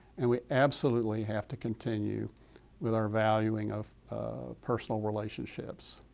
and we absolutely have to continue with our valuing of personal relationships.